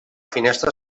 finestra